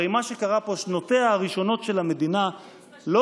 הרי מה שקרה פה, שנותיה הראשונות של המדינה לא